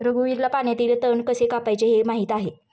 रघुवीरला पाण्यातील तण कसे कापायचे हे माहित आहे